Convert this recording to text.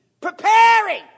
Preparing